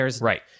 Right